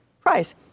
price